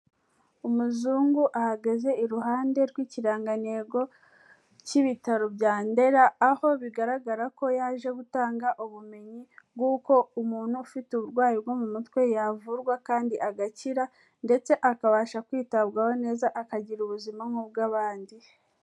Umuzungu ahagaze iruhande rw'ikirangantego cy'ibitaro bya Ndera, aho bigaragara ko yaje gutanga ubumenyi bw'uko umuntu ufite uburwayi bwo mu mutwe yavurwa kandi agakira ndetse akabasha kwitabwaho neza, akagira ubuzima nk'ubw'abandi.